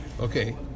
Okay